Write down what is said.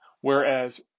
Whereas